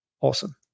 Awesome